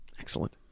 Excellent